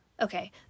Okay